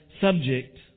subject